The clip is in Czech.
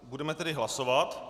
Budeme tedy hlasovat.